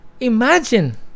Imagine